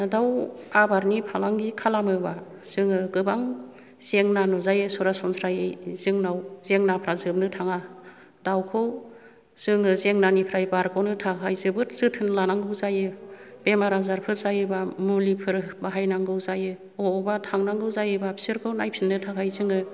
दाव आबादनि फालांगि खालामोब्ला जोङो गोबां जेंना नुजायो सरासनस्रायै जोंनाव जेंनाफ्रा जोबनो थाङा दावखौ जोङो जेंनानिफ्राय बारग'नो थाखाय जोबोद जोथोन लानांगौ जायो बेराम आजारफोर जायोबा मुलिफोर बाहायनांगौ जायो अबावबा थांनांगौ जायोबा बिसोरखौ नायफिननो थाखाय जोङो